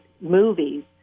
movies